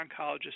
oncologist